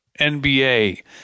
NBA